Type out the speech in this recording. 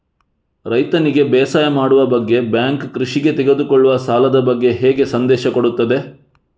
ರೈತನಿಗೆ ಬೇಸಾಯ ಮಾಡುವ ಬಗ್ಗೆ ಬ್ಯಾಂಕ್ ಕೃಷಿಗೆ ತೆಗೆದುಕೊಳ್ಳುವ ಸಾಲದ ಬಗ್ಗೆ ಹೇಗೆ ಸಂದೇಶ ಕೊಡುತ್ತದೆ?